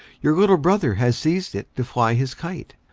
your little brother has seized it to fly his kite,